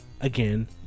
again